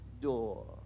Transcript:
door